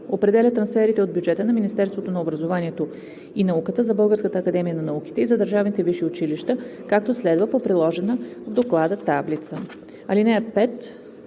Определя трансферите от бюджета на Министерството на образованието и науката за Българската академия на науките и за държавните висши училища, както следва по приложената в Доклада таблица.